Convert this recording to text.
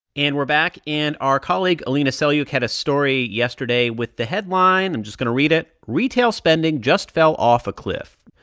and we're back. and our colleague alina selyukh had a story yesterday with the headline i'm just going to read it retail spending just fell off a cliff.